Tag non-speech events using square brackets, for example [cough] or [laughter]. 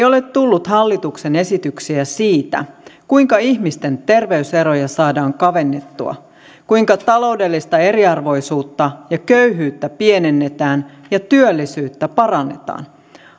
[unintelligible] ole tullut hallituksen esityksiä siitä kuinka ihmisten terveyseroja saadaan kavennettua kuinka taloudellista eriarvoisuutta ja köyhyyttä pienennetään ja työllisyyttä parannetaan